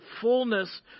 fullness